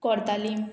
कोरतालीं